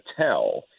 tell